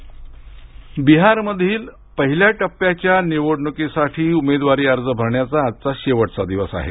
बिहार निवडणक बिहार मधील पहिल्या टप्प्याच्या निवडणुकीसाठी उमेदवारी अर्ज भरण्याचा आजचा शेवटचा दिवस आहे